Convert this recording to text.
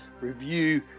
review